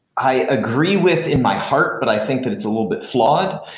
i agree with in my heart but i think that it's a little bit flawed.